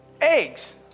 Eggs